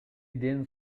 ден